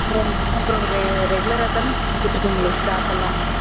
அப்புறம் என்ன ஒரு ரெகுலராக தானங்க கொடுத்துட்டு இருக்கேன் உங்களுக்கு ஸ்டாக் எல்லாமும்